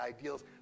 ideals